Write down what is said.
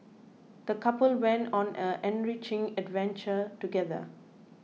the couple went on an enriching adventure together